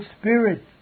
spirit